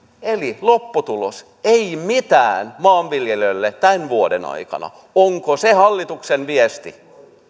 eli lopputulos ei mitään maanviljelijöille tämän vuoden aikana onko se hallituksen viesti